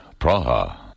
Praha